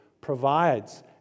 provides